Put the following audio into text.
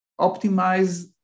optimize